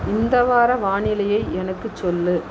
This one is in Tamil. இந்த வார வானிலையை எனக்கு சொல்